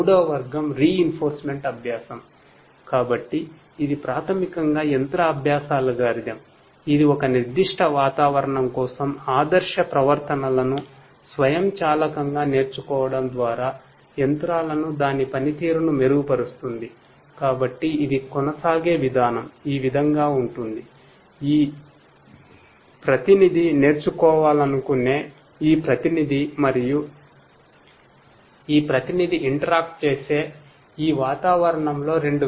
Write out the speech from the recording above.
మూడవ వర్గం రీఇనెఫొరుస్మెంట్ కలిగి ఉండబోతున్నాం